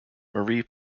marie